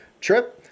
trip